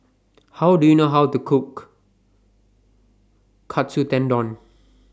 How Do YOU know How to Cook Katsu Tendon